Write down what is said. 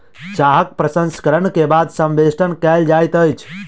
चाहक प्रसंस्करण के बाद संवेष्टन कयल जाइत अछि